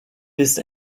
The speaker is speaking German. bist